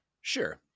Sure